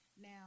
Now